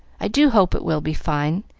i do hope it will be fine,